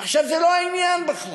עכשיו זה לא העניין בכלל.